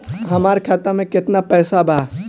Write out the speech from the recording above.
हमार खाता में केतना पैसा बा?